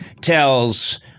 tells